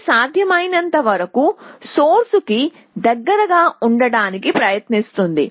ఇది సాధ్యమైనంతవరకు సోర్స్ కి దగ్గరగా ఉండటానికి ప్రయత్నిస్తుంది